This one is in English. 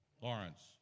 Lawrence